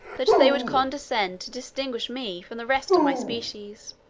that they would condescend to distinguish me from the rest of my species.